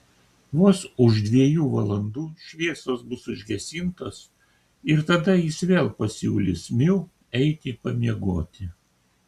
vos už dviejų valandų šviesos bus užgesintos ir tada jis vėl pasiūlys miu eiti pamiegoti